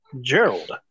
Gerald